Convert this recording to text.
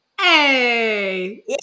hey